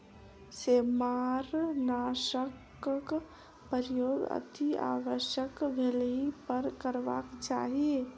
सेमारनाशकक प्रयोग अतिआवश्यक भेलहि पर करबाक चाही